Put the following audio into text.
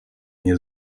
nie